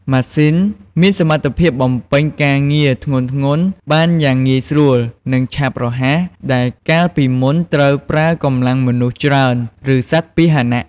ម៉ាស៊ីនមានសមត្ថភាពបំពេញការងារធ្ងន់ៗបានយ៉ាងងាយស្រួល និងឆាប់រហ័ស ដែលកាលពីមុនត្រូវប្រើកម្លាំងមនុស្សច្រើន ឬសត្វពាហនៈ។